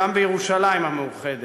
גם בירושלים המאוחדת.